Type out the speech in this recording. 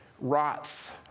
rots